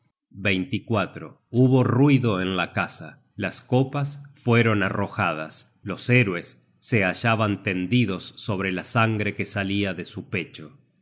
at hubo ruido en la casa las copas fueron arrojadas los héroes se hallaban tendidos sobre la sangre que salia de su pecho